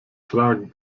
tragen